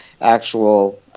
actual